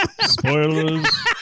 spoilers